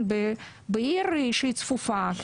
בעיר שהיא צפופה,